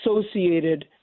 associated